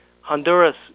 Honduras